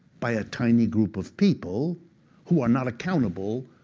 by a tiny group of people who are not accountable